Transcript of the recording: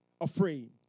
afraid